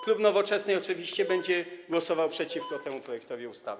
Klub Nowoczesna oczywiście będzie głosował przeciwko temu projektowi ustawy.